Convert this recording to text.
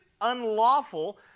unlawful